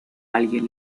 alguien